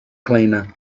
cleaner